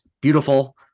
beautiful